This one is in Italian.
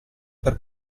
per